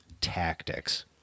tactics